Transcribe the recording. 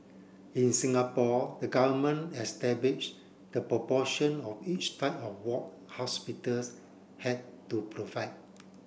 in Singapore the government establish the proportion of each type of ward hospitals had to provide